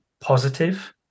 positive